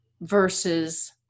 versus